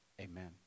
Amen